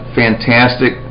fantastic